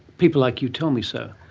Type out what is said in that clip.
people like you tell me so.